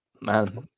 Man